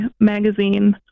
magazine